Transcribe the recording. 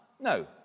No